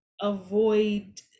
avoid